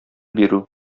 бирү